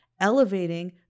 elevating